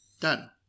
Done